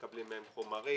מקבלים מהם חומרים,